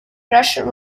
pressure